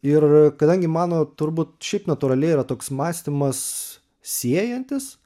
ir kadangi mano turbūt šiaip natūraliai yra toks mąstymas siejantis